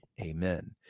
Amen